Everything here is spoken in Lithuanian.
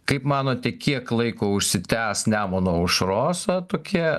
kaip manote kiek laiko užsitęs nemuno aušros a tokie